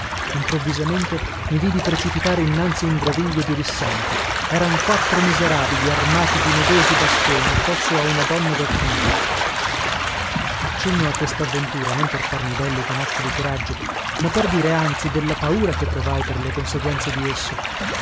improvvisamente mi vidi precipitare innanzi un groviglio di rissanti eran quattro miserabili armati di nodosi bastoni addosso a una donna da trivio accenno a questavventura non per farmi bello dun atto di coraggio ma per dire anzi della paura che provai per le conseguenze di esso